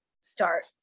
start